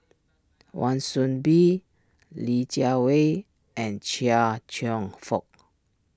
Wan Soon Bee Li Jiawei and Chia Cheong Fook